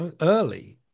early